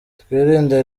twirinde